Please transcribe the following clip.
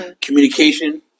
communication